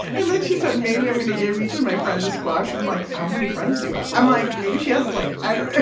and then she said maybe i'm going to give each of my friends a squash. i'm like, how many friends do you have? i'm like, maybe she has, like i don't